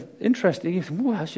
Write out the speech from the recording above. interesting